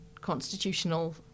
constitutional